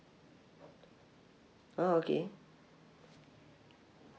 oh okay